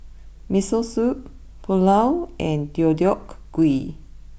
Miso Soup Pulao and Deodeok Gui